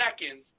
seconds